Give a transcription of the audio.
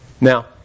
Now